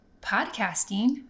podcasting